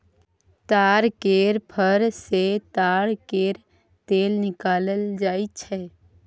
ताड़ केर फर सँ ताड़ केर तेल निकालल जाई छै